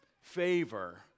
favor